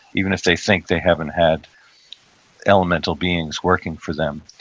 even if they think they haven't had elemental beings working for them,